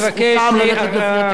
וזכותם ללכת לפי התקנון.